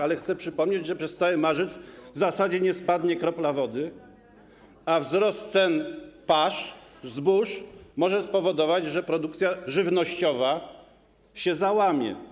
Ale chcę przypomnieć, że przez cały marzec w zasadzie nie spadnie kropla wody, a wzrost cen pasz, zbóż może spowodować, że produkcja żywnościowa się załamie.